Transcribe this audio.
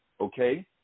okay